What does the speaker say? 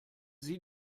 sie